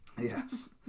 Yes